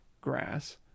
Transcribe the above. grass